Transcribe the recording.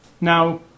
now